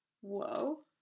Whoa